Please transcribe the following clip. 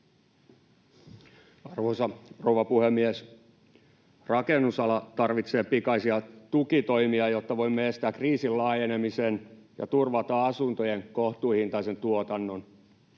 Arvoisa rouva puhemies! Rakennusala tarvitsee pikaisia tukitoimia, jotta voimme estää kriisin laajenemisen ja turvata asuntojen kohtuuhintaisen tuotannon.